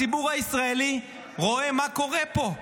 הציבור הישראלי רואה מה קורה פה,